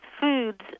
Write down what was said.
foods